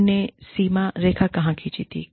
आपने सीमा रेखा कहां खींची थी